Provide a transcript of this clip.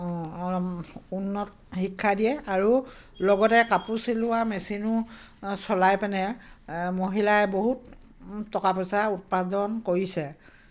উন্নত শিক্ষা দিয়ে আৰু লগতে কাপোৰ চিলোৱা মেচিনো চলাই পিনে মহিলাই বহুত টকা পইচা উপাৰ্জন কৰিছে